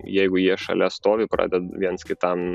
jeigu jie šalia stovi pradeda viens kitam